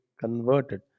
converted